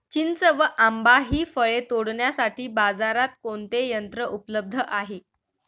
चिंच व आंबा हि फळे तोडण्यासाठी बाजारात कोणते यंत्र उपलब्ध आहे?